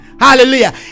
Hallelujah